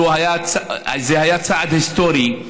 זה היה צעד היסטורי,